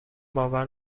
باور